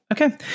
Okay